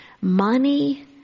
Money